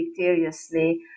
victoriously